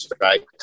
Right